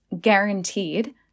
Guaranteed